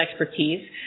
expertise